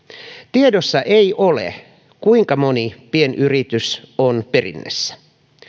tiedossa ei ole kuinka moni pienyritys on perinnässä